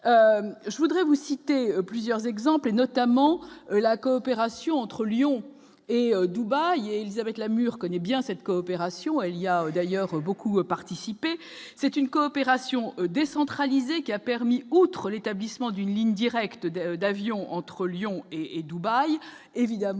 je voudrais vous citer plusieurs exemples, notamment la coopération entre Lyon et Dubaï Élisabeth Lamure connaît bien cette coopération il y a d'ailleurs beaucoup participé, c'est une coopération décentralisée qui a permis, outre l'établissement d'une ligne directe d'avion entre Lyon et et Dubaï évidemment